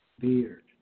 beard